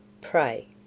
Pray